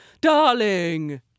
darling